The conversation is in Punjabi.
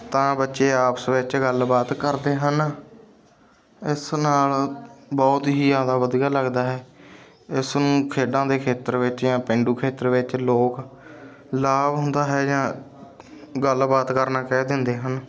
ਤਾਂ ਬੱਚੇ ਆਪਸ ਵਿੱਚ ਗੱਲਬਾਤ ਕਰਦੇ ਹਨ ਇਸ ਨਾਲ ਬਹੁਤ ਹੀ ਜ਼ਿਆਦਾ ਵਧੀਆ ਲੱਗਦਾ ਹੈ ਇਸ ਨੂੰ ਖੇਡਾਂ ਦੇ ਖੇਤਰ ਵਿੱਚ ਜਾਂ ਪੇਡੂ ਖੇਤਰ ਵਿੱਚ ਲੋਕ ਲਾਭ ਹੁੰਦਾ ਹੈ ਜਾਂ ਗੱਲਬਾਤ ਕਰਨਾ ਕਹਿ ਦਿੰਦੇ ਹਨ